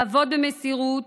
לעבוד במסירות,